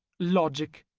logic,